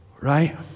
right